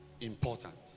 important